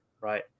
right